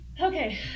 Okay